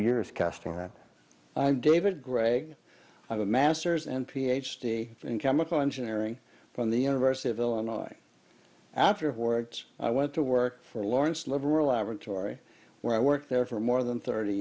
years casting i david gregory i was masters and p h d in chemical engineering from the university of illinois afterwards i went to work for lawrence liberal laboratory where i worked there for more than thirty